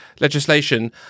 legislation